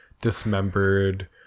dismembered